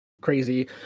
crazy